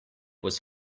was